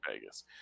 Vegas